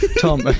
Tom